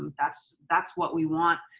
that's that's what we want